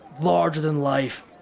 larger-than-life